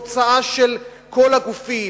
הוצאה של כל הגופים,